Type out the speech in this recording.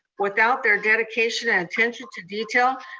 without their dedication and attention to detail,